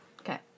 Okay